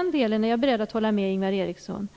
den delen är jag beredd att hålla med Ingvar Eriksson.